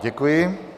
Děkuji.